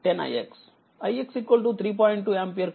2ఆంపియర్ కాబట్టి103